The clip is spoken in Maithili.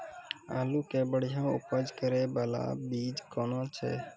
आलू के बढ़िया उपज करे बाला बीज कौन छ?